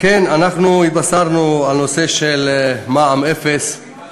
אנחנו התבשרנו על נושא של מע"מ אפס על